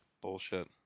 bullshit